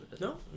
No